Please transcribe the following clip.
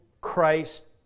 Christ